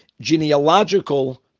genealogical